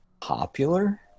popular